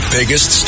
Biggest